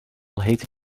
heet